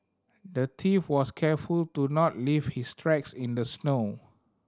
the thief was careful to not leave his tracks in the snow